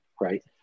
right